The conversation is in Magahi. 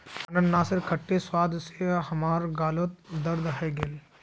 अनन्नासेर खट्टे स्वाद स हमार गालत दर्द हइ गेले